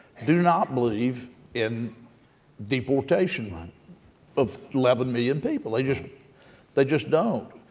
do not believe in deportation like of eleven million people. they just they just don't.